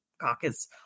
caucus